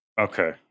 Okay